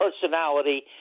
personality